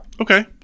Okay